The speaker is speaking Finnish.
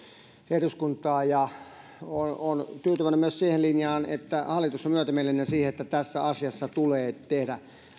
eduskuntaan ja olen tyytyväinen myös siihen linjaan että hallitus on myötämielinen sille että tässä asiassa tulee tehdä